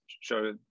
show